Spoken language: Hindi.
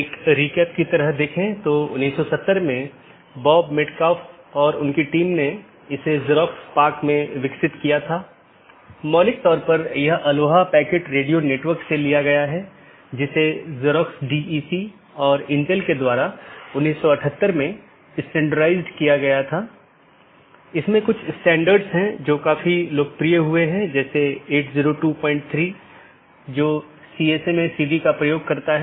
इसका मतलब है कि यह एक प्रशासनिक नियंत्रण में है जैसे आईआईटी खड़गपुर का ऑटॉनमस सिस्टम एक एकल प्रबंधन द्वारा प्रशासित किया जाता है यह एक ऑटॉनमस सिस्टम हो सकती है जिसे आईआईटी खड़गपुर सेल द्वारा प्रबंधित किया जाता है